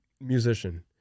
musician